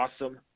awesome